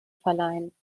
verleihen